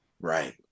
Right